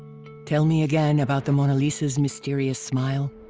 tell me again about the mona lisa's mysterious smile?